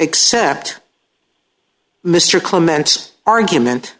accept mr clements argument